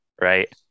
right